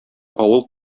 авыл